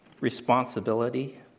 responsibility